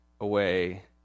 away